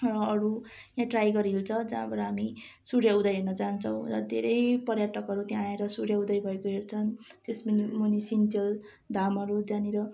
र अरू यहाँ टाइगर हिल छ जहाँबाट हामी सूर्योदय हेर्न जान्छौँ र धेरै पर्यटकहरू त्यहाँ आएर सूर्योदय भएको हेर्छन् त्यस मुनि मुनि सिन्चेलधामहरू जहाँनिर